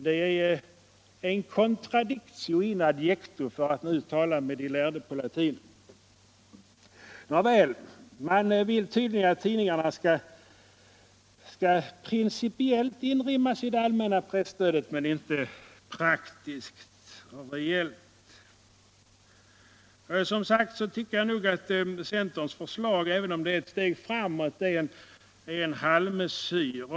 Det är en contradictio in adjecto, för att nu tala med de lärde Nåväl, man vill tydligen att tidningarna principiellt skall inrymmas i det allmänna presstödet men inte praktiskt och reellt. Jag tycker som sagt att centerns förslag, även om det innebär ett steg framåt, är en halvmesyr.